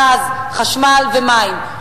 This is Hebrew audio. גז, חשמל ומים.